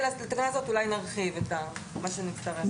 אולי נרחיב את מה שנצטרך.